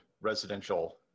residential